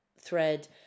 thread